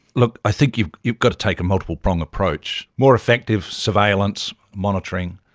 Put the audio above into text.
look, i think you've you've got to take a multiple-prong approach. more effective surveillance, monitoring,